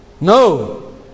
No